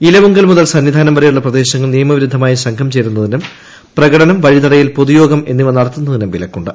ഇലവുങ്കൽ മുതൽ സന്നിധാനം വരെയുള്ള പ്രദേശങ്ങളിൽ നിയമവിരുദ്ധമായി സംഘം ചേരുന്നതിനും പ്രകടനം വഴിതടയൽ പൊതുയോഗം എന്നിവ നടത്തുന്നതിനും വിലക്കുണ്ട്